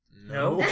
No